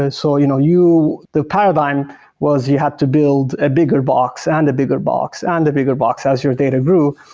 ah so you know the paradigm was you had to build a bigger box and a bigger box and a bigger box as your data grew,